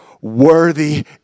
Worthy